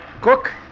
cook